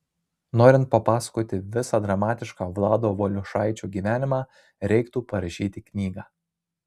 norint papasakoti visą dramatišką vlado valiušaičio gyvenimą reiktų parašyti knygą